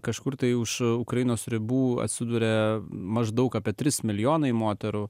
kažkur tai už ukrainos ribų atsiduria maždaug apie trys milijonai moterų